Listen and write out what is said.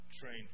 trained